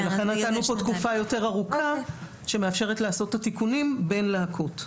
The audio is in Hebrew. לכן נתנו תקופה יותר ארוכה שמאפשרת לעשות את התיקונים בין להקות.